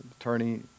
attorney